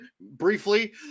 briefly